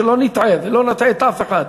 ב-10%, שלא נטעה ולא נטעה אף אחד.